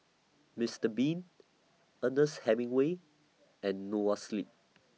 Mister Bean Ernest Hemingway and Noa Sleep